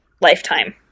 Lifetime